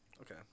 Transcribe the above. Okay